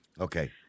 Okay